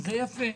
וזה יפה.